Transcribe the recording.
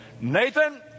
Nathan